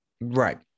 Right